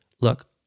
Look